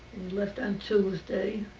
left on tuesday.